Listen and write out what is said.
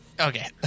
okay